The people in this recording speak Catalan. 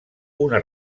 una